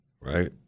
Right